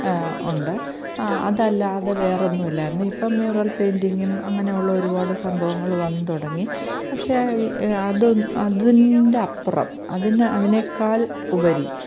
ഉണ്ട് അതല്ലാതെ വേറെ ഒന്നുമില്ലായിരുന്നു ഇപ്പം മ്യൂറൽ പെയിൻ്റിങ്ങും അങ്ങനെയുള്ള ഒരുപാട് സംഭവങ്ങൾ വന്നു തുടങ്ങി പക്ഷേ അതിൻ്റെ അപ്പുറം അതിന് അതിനേക്കാൾ ഉപരി